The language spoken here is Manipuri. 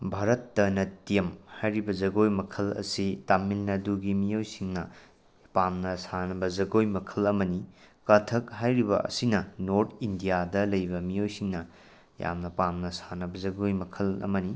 ꯚꯥꯔꯠꯇꯅꯇꯤꯌꯝ ꯍꯥꯏꯔꯤꯕ ꯖꯒꯣꯏ ꯃꯈꯜ ꯑꯁꯤ ꯇꯥꯃꯤꯜ ꯅꯥꯗꯨꯒꯤ ꯃꯤꯑꯣꯏꯁꯤꯡꯅ ꯄꯥꯝꯅ ꯁꯥꯅꯕ ꯖꯒꯣꯏ ꯃꯈꯜ ꯑꯃꯅꯤ ꯀꯊꯛ ꯍꯥꯏꯔꯤꯕ ꯑꯁꯤꯅ ꯅ꯭ꯣꯔꯠ ꯏꯟꯗꯤꯌꯥꯗ ꯂꯩꯕ ꯃꯤꯑꯣꯏꯁꯤꯡꯅ ꯌꯥꯝꯅ ꯄꯥꯝꯅ ꯁꯥꯅꯕ ꯖꯒꯣꯏ ꯃꯈꯜ ꯑꯃꯅꯤ